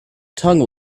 tongue